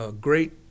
great